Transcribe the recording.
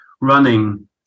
running